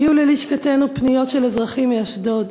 הגיעו ללשכתנו פניות של אזרחים מאשדוד